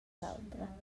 l’autra